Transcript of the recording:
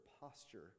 posture